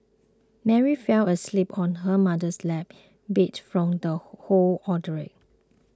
Mary fell asleep on her mother's lap beat from the whole ordeal